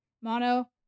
Mono